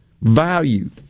value